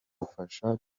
bufasha